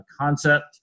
concept